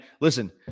listen